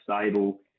stable